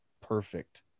perfect